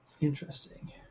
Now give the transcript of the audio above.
Interesting